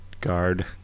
guard